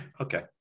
okay